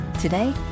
Today